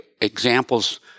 examples